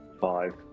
five